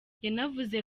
yanavuze